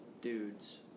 dudes